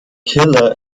killer